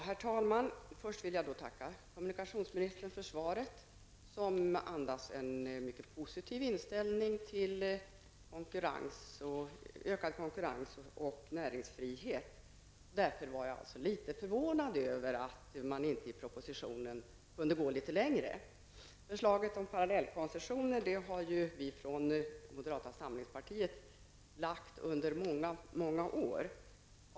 Herr talman! Först vill jag tacka kommunikationsministern för svaret, som andas en positiv inställning till ökad konkurrens och näringsfrihet. Därför är jag förvånad över att man inte i propositionen kunde gå litet längre. Förslag om parallellkoncessioner har vi i moderata samlingspartiet lagt fram under många år.